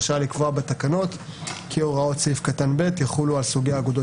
רשאי לקבוע בתקנות כי הוראות סעיף קטן (ב) יחולו על סוגי אגודות